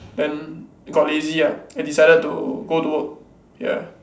then got lazy ah and decided to go to work ya